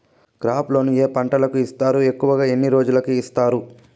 crop loan ఏ పంటలకు ఇస్తారు ఎక్కువగా ఎన్ని రోజులకి ఇస్తారు